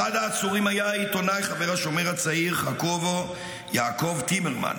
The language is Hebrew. אחד העצורים היה העיתונאי חבר השומר הצעיר חקובו (יעקב) טימרמן,